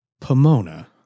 Pomona